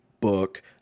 book